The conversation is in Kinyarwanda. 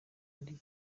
bari